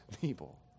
people